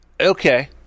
okay